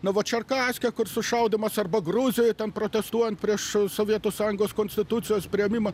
novočarkaske kur sušaudymas arba gruzijoje ten protestuojant prieš sovietų sąjungos konstitucijos priėmimą